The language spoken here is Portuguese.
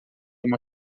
uma